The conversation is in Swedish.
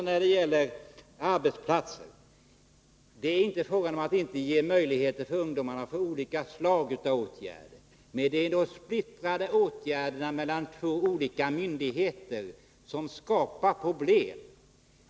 När det gäller arbetsplatser är det inte fråga om att inte vidta olika slags åtgärder för ungdomarna, men splittringen av åtgärderna på olika myndigheter skapar problem.